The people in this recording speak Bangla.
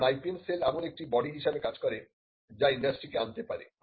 কারণ IPM সেল এমন একটি বডি হিসাবে কাজ করে যা ইন্ডাস্ট্রিকে আনতে পারে